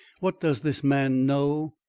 what does this man know?